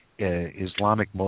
Islamic